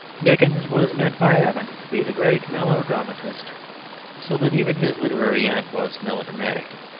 dickens was meant by heaven to be the great melodramatist so that even his literary end was melodramatic.